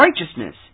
righteousness